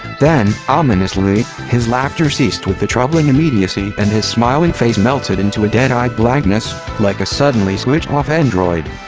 then, ominously, his laughter ceased with a troubling immediacy and his smiling face melted into a dead eyed blankness, like a suddenly switched off android.